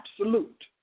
absolute